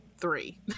three